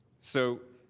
so,